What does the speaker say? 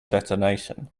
detonation